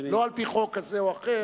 לא על-פי חוק כזה או אחר,